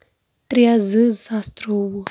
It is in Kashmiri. ترٛےٚ زٕ زٕ ساس ترٛووُہ